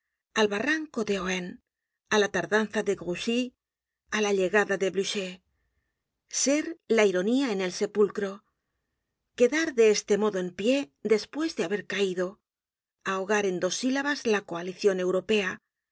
al barranco de ohain á la tardanza de grouchy á la llegada de blucher ser la ironía en el sepulcro quedar de este modo en pie despues de haber caido ahogar en dos sílabas la coalicion europea